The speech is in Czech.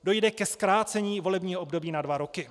Dojde ke zkrácení volebního období na dva roky.